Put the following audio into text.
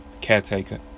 caretaker